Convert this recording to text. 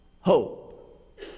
Hope